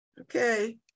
okay